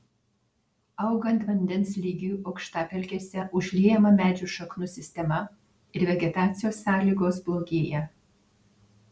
augant vandens lygiui aukštapelkėse užliejama medžių šaknų sistema ir vegetacijos sąlygos blogėja